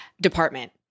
department